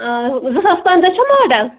آ زٕ ساس پَنٛداہ چھا ماڈَل